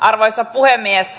arvoisa puhemies